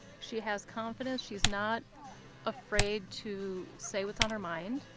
she has confidence, she's not afraid to say what's on her mind,